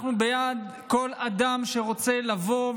אנחנו בעד כל אדם שרוצה לבוא,